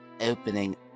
opening